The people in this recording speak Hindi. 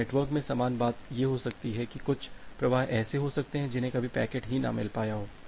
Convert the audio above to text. तो नेटवर्क में समान बात यह हो सकती है कि कुछ प्रवाह ऐसे हो सकते हैं जिन्हें कभी पैकेट ही ना मिल पाया हो